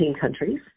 countries